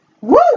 Woo